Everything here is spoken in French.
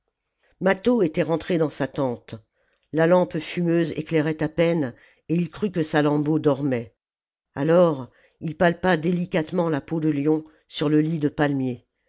mâtho était rentré dans sa tente la lampe fumeuse éclairait à peine et il crut que salammbô dormait alors il palpa délicatement la peau de lion sur le lit de palmier